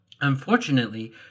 Unfortunately